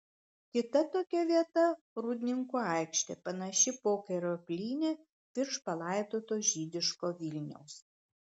kita tokia vieta rūdninkų aikštė panaši pokario plynė virš palaidoto žydiško vilniaus